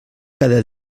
cada